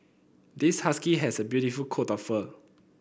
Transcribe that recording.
this husky has a beautiful coat of fur